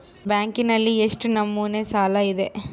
ಬ್ಯಾಂಕಿನಲ್ಲಿ ಎಷ್ಟು ನಮೂನೆ ಸಾಲ ಇದೆ?